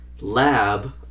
lab